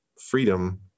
freedom